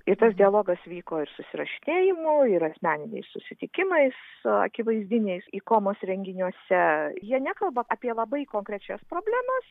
ir tas dialogas vyko ir susirašinėjimu ir asmeniniais susitikimais akivaizdiniais ikomos renginiuose jie nekalba apie labai konkrečias problemas